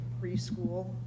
preschool